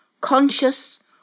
conscious